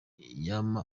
yama